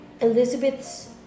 Elizabeth's